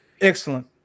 Excellent